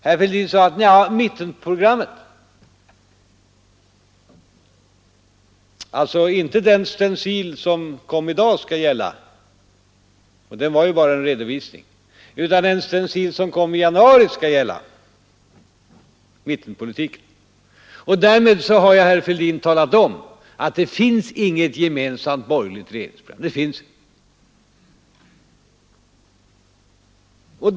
Herr Fälldin sade att mittenprogrammet — alltså inte den stencil som kom i dag, den var ju bara en redovisning — utan den stencil som kom i januari, den skall gälla för mittenpolitiken. Därmed har ju herr Fälldin talat om att det finns inget gemensamt borgerligt regeringsprogram.